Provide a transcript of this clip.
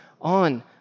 on